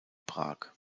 prag